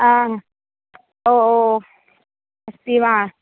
आ ओ ओ अस्ति वा